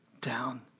down